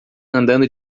andando